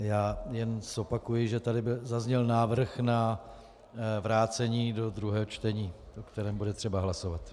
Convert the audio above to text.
Já jen zopakuji, že tady zazněl návrh na vrácení do druhého čtení, o kterém bude třeba hlasovat.